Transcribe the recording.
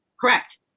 Correct